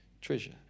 treasure